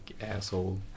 asshole